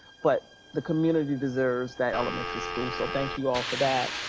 but the community deserves that elementary school. so thank you all for that.